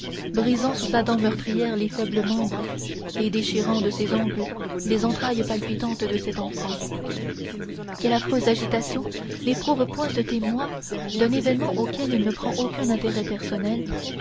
brisant sous sa dent meurtrière les faibles membres et déchirant de ses ongles les entrailles palpitantes de cet enfant quelle affreuse agitation n'éprouve point ce témoin d'un événement auquel il ne prend aucun intérêt personnel